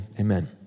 amen